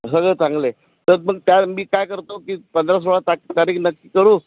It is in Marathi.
हो सगळं चांगल आहे तर मग त्या मी काय करतो की पंधरा सोळा त तारीख नक्की करू